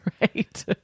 right